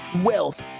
wealth